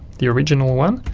the original one,